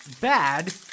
bad